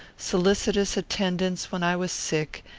solicitous attendance when i was sick,